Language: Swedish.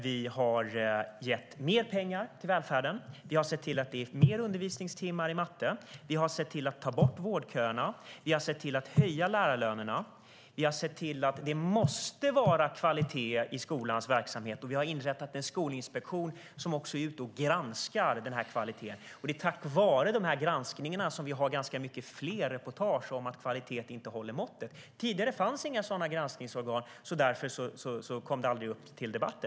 Vi har gett mer pengar till välfärden, vi har sett till att det är fler undervisningstimmar i matte, vi har sett till att ta bort vårdköerna, vi har sett till att höja lärarlönerna, vi har sett till att det måste vara kvalitet i skolans verksamhet och vi har inrättat en skolinspektion som är ute och granskar denna kvalitet. Det är tack vare dessa granskningar som vi ser fler reportage om att kvaliteten inte håller måttet. Tidigare fanns inga sådana granskningsorgan, och därför kom detta aldrig upp till debatt.